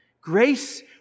Grace